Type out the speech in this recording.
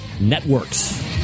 Networks